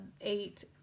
eight